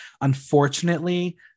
Unfortunately